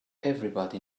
everybody